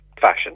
fashion